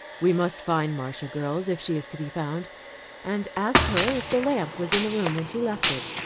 we must find marcia, girls if she is to be found and ask her if the lamp was in the room when she left it.